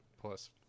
plus